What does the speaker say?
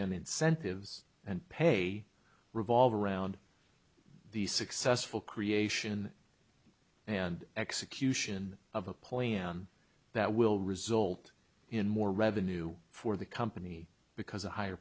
and incentives and pay revolve around the successful creation and execution of a plan that will result in more revenue for the company because the higher